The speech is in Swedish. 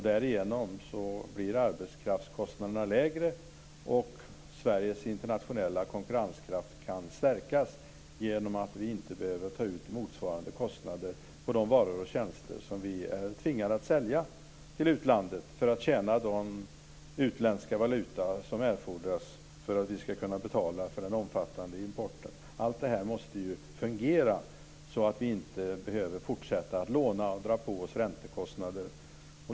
Därigenom blir arbetskraftskostnaderna lägre och Sveriges internationella konkurrenskraft kan stärkas, dvs. genom att vi inte behöver ta ut motsvarande kostnader för de varor och tjänster som vi är tvingade att sälja till utlandet för att tjäna den utländska valuta som erfordras för att kunna betala för den omfattande importen. Allt detta måste fungera så att vi inte behöver fortsätta att låna och dra på oss räntekostnader.